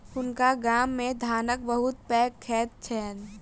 हुनका गाम मे धानक बहुत पैघ खेत छैन